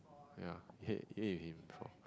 ya you ate with him before